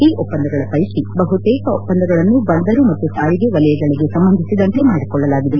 ಈ ಒಪ್ಪಂದಗಳ ಪೈಕಿ ಬಹುತೇಕ ಒಪ್ಪಂದಗಳನ್ನು ಬಂದರು ಮತ್ತು ಸಾರಿಗೆ ವಲಯಗಳಿಗೆ ಸಂಬಂಧಿಸಿದಂತೆ ಮಾಡಿಕೊಳ್ಳಲಾಗಿದೆ